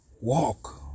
walk